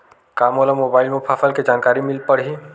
का मोला मोबाइल म फसल के जानकारी मिल पढ़ही?